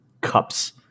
cups